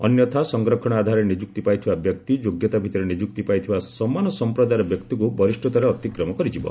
ଅନ୍ୟଥା ସଂରକ୍ଷଣ ଆଧାରରେ ନିଯୁକ୍ତି ପାଇଥିବା ବ୍ୟକ୍ତି ଯୋଗ୍ୟତାଭିଭିରେ ନିଯୁକ୍ତି ପାଇଥିବା ସମାନ ସଂପ୍ରଦାୟର ବ୍ୟକ୍ତିକୁ ବରିଷ୍ପତାରେ ଅତିକ୍ରମ କରିଯିବ